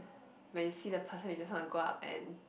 when you see the person you just want to go up and